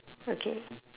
okay